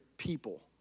people